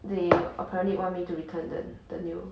they apparently want me to return the the new